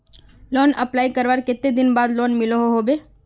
Loan apply करवार कते दिन बाद लोन मिलोहो होबे?